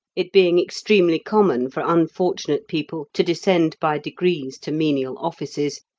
it being extremely common for unfortunate people to descend by degrees to menial offices,